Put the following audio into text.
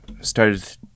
started